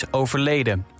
overleden